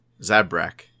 Zabrak